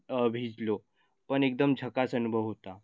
भिजलो पण एकदम झकास अनुभव होता